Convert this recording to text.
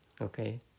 Okay